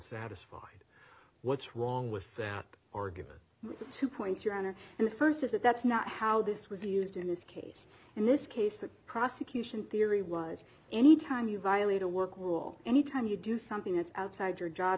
satisfied what's wrong with that argument but two points your honor and the st is that that's not how this was used in this case in this case the prosecution theory was anytime you violate a work will anytime you do something that's outside your job